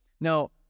Now